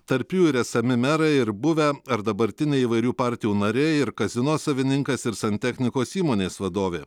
tarp jų ir esami merai ir buvę ar dabartiniai įvairių partijų nariai ir kazino savininkas ir santechnikos įmonės vadovė